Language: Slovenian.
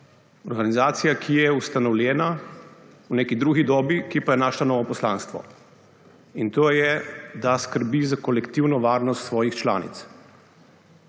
Organizacija, ki je ustanovljena v neki drugi dobi, ki pa je naše novo poslanstvo, in to je, da skrbi za kolektivno varnost svojih članic.